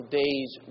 days